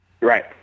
Right